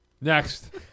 Next